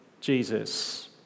Jesus